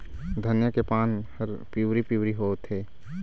धनिया के पान हर पिवरी पीवरी होवथे?